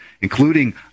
including